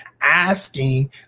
asking